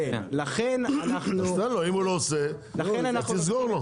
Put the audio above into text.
אז תן לו, אם הוא לא עושה אז תסגור לו.